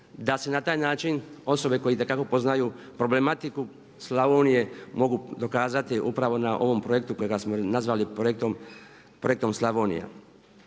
da se na taj način osobe koje itekako poznaju problematiku Slavonije mogu dokazati upravo na ovom projektu kojega smo nazvali projektom Slavonija.